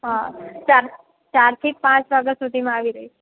હં ચાર ચારથી પાંચ વાગ્યા સુધીમાં આવી રઈશ